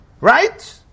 Right